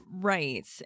Right